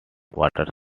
water